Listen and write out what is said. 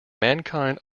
mankind